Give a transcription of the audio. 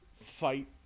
fight